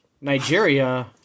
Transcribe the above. Nigeria